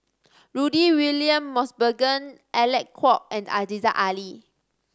Rudy William Mosbergen Alec Kuok and Aziza Ali